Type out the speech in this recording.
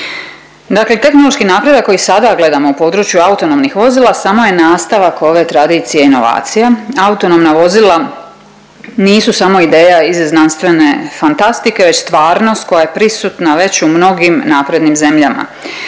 Dakle, tehnološki napredak koji sada gledamo u području autonomnih vozila samo je nastavak ove tradicije inovacija. Autonomna vozila nisu samo ideja iz znanstvene fantastike već stvarnost koja je prisutna već u mnogim naprednim zemljama.